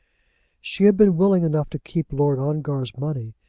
she had been willing enough to keep lord ongar's money,